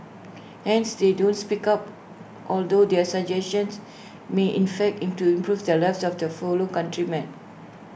hence they don't speak up although their suggestions may in fact into improve the lives of their fellow countrymen